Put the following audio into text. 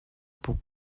pour